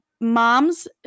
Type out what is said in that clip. mom's